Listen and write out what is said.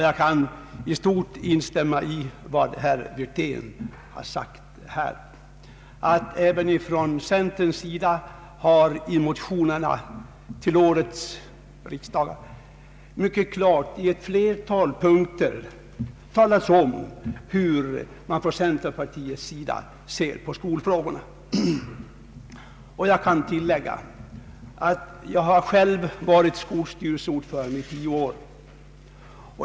Jag kan i stort instämma i vad herr Wirtén har sagt här, nämligen att man även från centerns sida i motioner till årets riksdag mycket klart i ett flertal punkter talat om hur man ser på skolfrågorna. Jag kan tillägga, att jag varit skolstyrelseordförande i tio år.